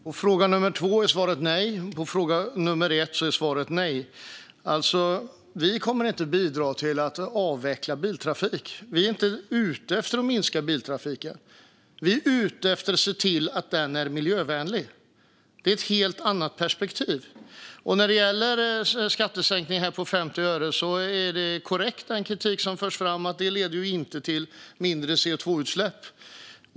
Herr ålderspresident! På fråga två är svaret nej. På fråga ett är svaret också nej. Vi kommer inte att bidra till att avveckla biltrafik. Vi är inte ute efter att minska biltrafiken. Vi är ute efter att se till att den är miljövänlig. Det är ett helt annat perspektiv. När det gäller skattesänkningen på 50 öre är det korrekt, det som förs fram: Det leder inte till mindre CO2-utsläpp.